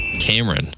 Cameron